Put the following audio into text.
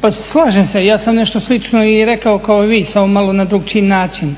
Pa slažem se, ja sam nešto slično i rekao kao i vi samo malo na drukčiji način.